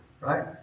Right